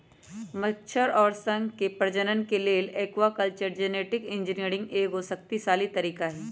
मछर अउर शंख के प्रजनन के लेल एक्वाकल्चर जेनेटिक इंजीनियरिंग एगो शक्तिशाली तरीका हई